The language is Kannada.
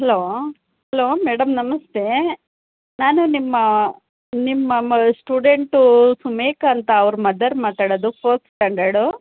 ಹಲೋ ಹಲೋ ಮೇಡಮ್ ನಮಸ್ತೆ ನಾನು ನಿಮ್ಮ ನಿಮ್ಮ ಮ ಸ್ಟೂಡೆಂಟೂ ಸುಮೇಖ ಅಂತ ಅವ್ರ ಮದರ್ ಮಾತಾಡೋದು ಫೋರ್ತ್ ಸ್ಟ್ಯಾಂಡರ್ಡು